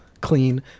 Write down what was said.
clean